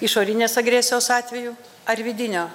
išorinės agresijos atveju ar vidinio